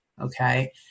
okay